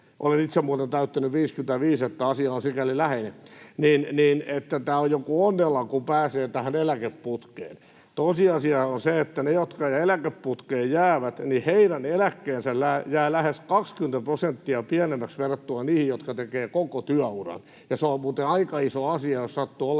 olen itse muuten täyttänyt 55, että asia on sikäli läheinen — että tämä on joku onnela, kun pääsee tähän eläkeputkeen. Tosiasia on se, että heidän, jotka eläkeputkeen jäävät, eläkkeensä jää lähes 20 prosenttia pienemmäksi verrattuna niihin, jotka tekevät koko työuran, ja se on muuten aika iso asia, jos sattuu olemaan